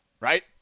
Right